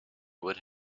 would